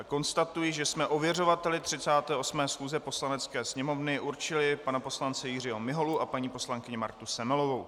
Konstatuji, že jsme ověřovateli 38. schůze Poslanecké sněmovny určili pana poslance Jiřího Miholu a paní poslankyni Martu Semelovou.